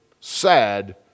sad